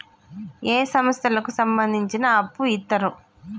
ఏ సంస్థలకు సంబంధించి అప్పు ఇత్తరు?